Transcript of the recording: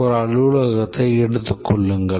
ஒரு அலுவலகத்தை எடுத்துக் கொள்ளுங்கள்